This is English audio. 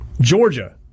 Georgia